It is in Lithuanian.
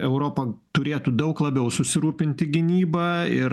europa turėtų daug labiau susirūpinti gynyba ir